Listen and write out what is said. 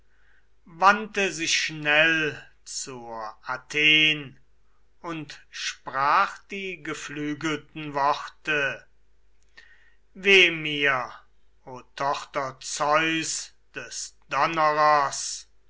wandte sich schnell zur athen und sprach die geflügelten worte weh mir o tochter zeus des donnerers